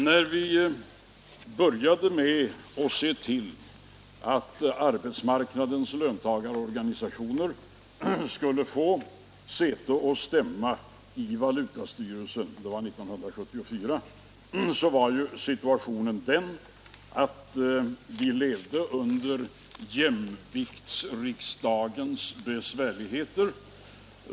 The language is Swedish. Då vi började med att ge arbetsmarknadens löntagarorganisationer möjlighet att få säte och stämma i valutastyrelsen — 1974 — var situationen den att vi levde under jämviktsriksdagens besvärligheter.